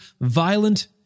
violent